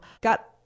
got